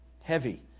heavy